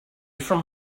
from